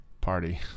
party